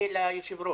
מחכה ליושב-ראש,